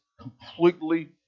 completely